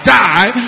die